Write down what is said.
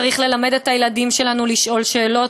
צריך ללמד את הילדים שלנו לשאול שאלות,